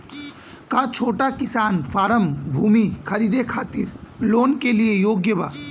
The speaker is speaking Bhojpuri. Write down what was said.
का छोटा किसान फारम भूमि खरीदे खातिर लोन के लिए योग्य बा?